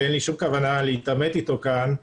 ואין לי שום כוונה להתעמת איתו כאן,